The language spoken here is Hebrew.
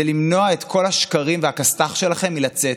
למנוע את כל השקרים והכסת"ח שלכם מלצאת,